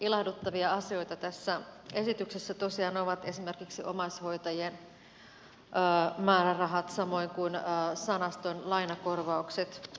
ilahduttavia asioita tässä esityksessä tosiaan ovat esimerkiksi omaishoitajien määrärahat samoin kuin sanaston lainakorvaukset